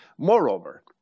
Moreover